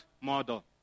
model